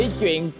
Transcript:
chuyện